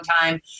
time